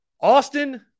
Austin